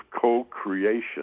co-creation